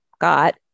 got